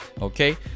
Okay